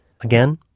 Again